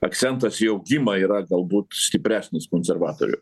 akcentas į augimą yra galbūt stipresnis konservatorių